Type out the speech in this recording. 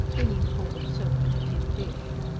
bringing forward soap and a tin dish.